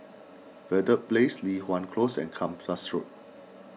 Verde Place Li Hwan Close and Kempas Road